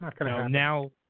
now